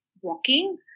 walking